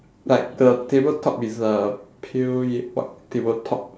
like the tabletop is a pale y~ white tabletop